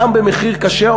גם במחיר קשה,